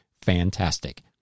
fantastic